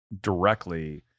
directly